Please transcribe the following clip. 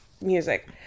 music